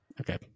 Okay